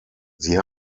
sie